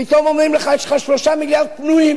פתאום אומרים לך: יש לך 3 מיליארד פנויים